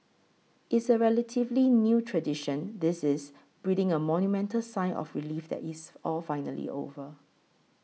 it's a relatively new tradition this is breathing a monumental sigh of relief that it's all finally over